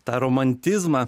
tą romantizmą